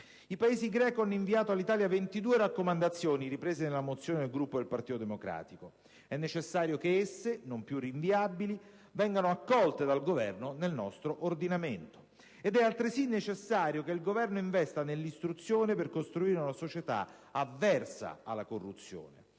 I Paesi GRECO hanno inviato all'Italia 22 raccomandazioni riprese nella mozione del Gruppo del Partito Democratico. È necessario che esse, non più rinviabili, vengano accolte dal Governo nel nostro ordinamento. Ed è, altresì, necessario che il Governo investa nell'istruzione per costruire una società avversa alla corruzione.